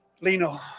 Lino